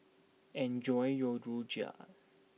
enjoy your Rojak